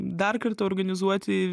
dar kartą organizuoti